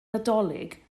nadolig